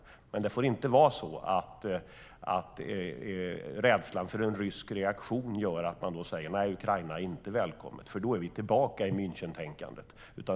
Men det får inte vara så att rädslan för en rysk reaktion gör att man säger att Ukraina inte är välkommet, för då är vi tillbaka i Münchentänkandet.